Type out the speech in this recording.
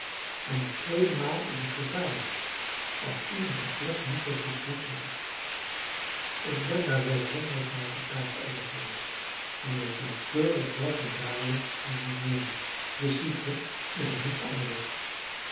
en de tweede maal is het gevaarlijk als iemand de plek niet zoo goed kent als ik ik ben daar wel honderdmaal te paard over geweest en weet nauwkeurig welke draaien men moet nemen dus ziet ge is er niets anders op